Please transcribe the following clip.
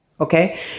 Okay